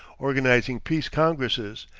organizing peace congresses,